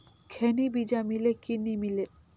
खैनी बिजा मिले कि नी मिले?